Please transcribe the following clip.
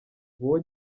nguwo